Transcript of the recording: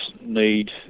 need